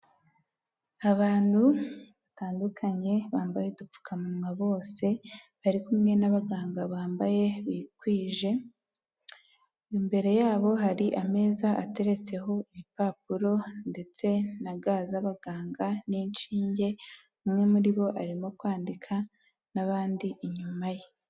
Abantu batandukanye bambaye udupfukawa bose bari kumwe n'abaganga bambaye bikwije, imbere yabo hari ameza ateretseho ibipapuro ndetse na ga z'abaganga n'inshinge umwe muri bo arimo kwandika n'abandi inyuma ye.